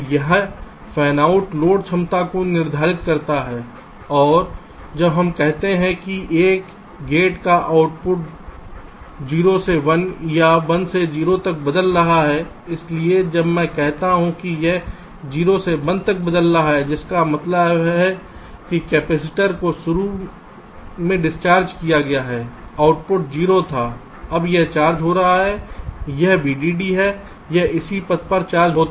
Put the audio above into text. तो यह fanout load क्षमता को निर्धारित करता है और जब हम कहते हैं कि एक गेट का आउटपुट 0 से 1 या 1 से 0 तक बदल रहा है इसलिए जब मैं कहता हूं कि यह 0 से 1 तक बदल रहा है जिसका मतलब है कि कैपेसिटर को शुरू में डिस्चार्ज किया गया है आउटपुट 0था अब यह चार्ज हो रहा है यह VDD है यह इसी पाथ से चार्ज होता है